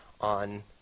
on